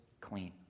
clean